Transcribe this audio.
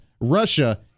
Russia